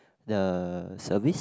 the service